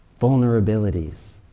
vulnerabilities